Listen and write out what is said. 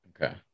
Okay